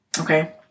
Okay